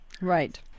Right